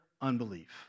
unbelief